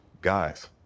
guys